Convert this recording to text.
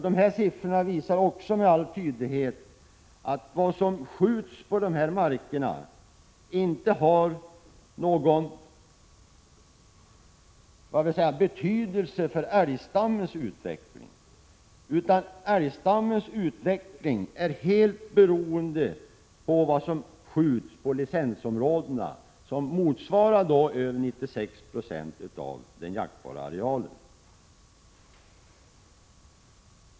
De här siffrorna visar med all tydlighet att vad som skjuts på de här små markerna inte har någon som helst betydelse för älgstammens utveckling, utan älgstammens utveckling är helt beroende av avskjutningen på licensområdena, som motsvarar 96 20 av den jaktbara arealen.